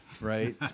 right